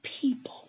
people